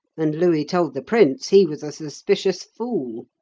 and louis told the prince he was a suspicious fool.